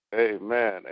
Amen